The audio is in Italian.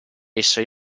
essere